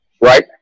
right